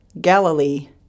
Galilee